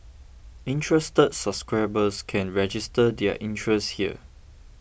interested subscribers can register their interest here